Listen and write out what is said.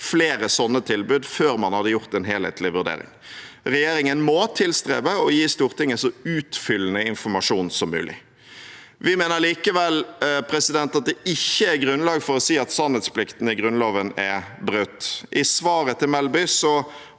flere sånne tilbud før man hadde gjort en helhetlig vurdering. Regjeringen må tilstrebe å gi Stortinget så utfyllende informasjon som mulig. Vi mener likevel at det ikke er grunnlag for å si at sannhetsplikten i Grunnloven er brutt. I svaret til Melby